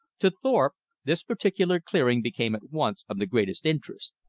to thorpe this particular clearing became at once of the greatest interest.